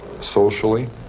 socially